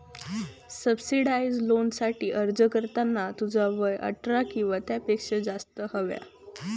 subsidised लोनसाठी अर्ज करताना तुझा वय अठरा किंवा त्यापेक्षा जास्त हव्या